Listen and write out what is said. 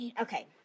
okay